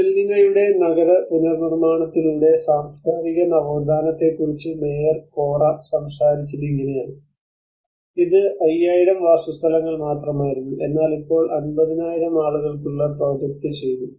ഗിബെല്ലിനയുടെ നഗര പുനർനിർമ്മാണത്തിലൂടെ സാംസ്കാരിക നവോത്ഥാനത്തെക്കുറിച്ച് മേയർ കോറ സംസാരിച്ചത് ഇങ്ങനെയാണ് ഇത് 5000 വാസസ്ഥലങ്ങൾ മാത്രമായിരുന്നു എന്നാൽ ഇപ്പോൾ 50000 ആളുകൾക്കുള്ള പ്രൊജക്റ്റ് ചെയ്തു